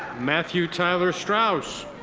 matthew tyler strauss.